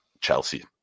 Chelsea